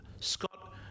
Scott